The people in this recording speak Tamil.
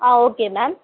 ah okay ma'am